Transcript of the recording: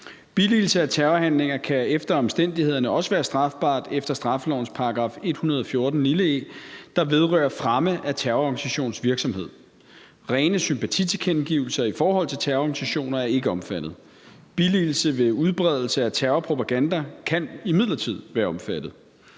Billigelse af terrorhandlinger kan efter omstændighederne også være strafbart efter straffelovens § 114 e, der vedrører fremme af terrororganisationers virksomhed. Rene sympatitilkendegivelser i forhold til terrororganisationer er ikke omfattet. Billigelse ved udbredelse af terrorpropaganda kan imidlertid være omfattet.